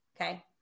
okay